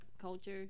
culture